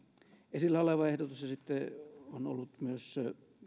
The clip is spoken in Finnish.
esillä oleva ehdotus ja sitten on ollut myös